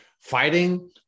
Fighting